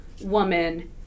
woman